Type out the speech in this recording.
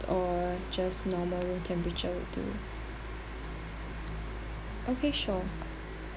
or just normal room temperature will do okay sure